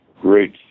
great